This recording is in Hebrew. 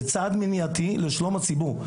זה צעד מניעתי לשלום הציבור.